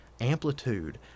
amplitude